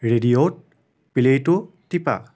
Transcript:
ৰেডিঅ'ত প্লেটো টিপা